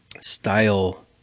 style